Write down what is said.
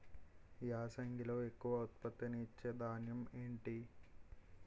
యాసంగిలో ఎక్కువ ఉత్పత్తిని ఇచే ధాన్యం ఏంటి?